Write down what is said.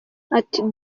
ati